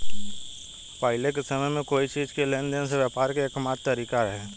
पाहिले के समय में कोई चीज़ के लेन देन से व्यापार के एकमात्र तारिका रहे